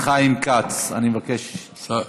אני תמכתי שזה יהיה,